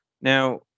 now